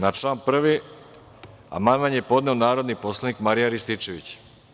Na član 1. amandman je podneo narodni poslanik Marijan Rističević.